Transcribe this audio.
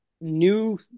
new